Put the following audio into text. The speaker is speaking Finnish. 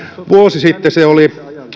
vuosi sitten se oli